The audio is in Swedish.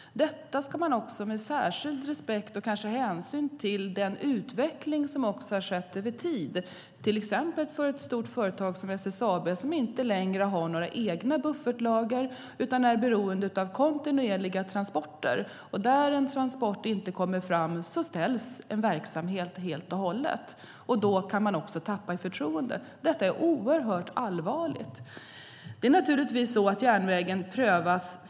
Det handlar också om särskild respekt och hänsyn till den utveckling som har skett över tid, till exempel på ett stort företag som SSAB, som inte längre har några egna buffertlager utan är beroende av kontinuerliga transporter. När en transport inte kommer fram ställs en verksamhet helt och hållet. Då kan man också tappa förtroende. Det är oerhört allvarligt. Det är naturligtvis så att järnvägen prövas.